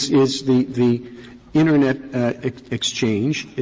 is the the internet exchange,